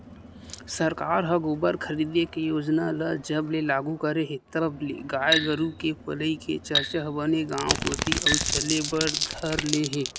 सरकार ह गोबर खरीदे के योजना ल जब ले लागू करे हे तब ले गाय गरु के पलई के चरचा ह बने गांव कोती अउ चले बर धर ले हे